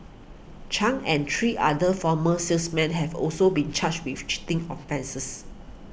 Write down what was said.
Chung and three other former salesmen have also been charged with cheating offences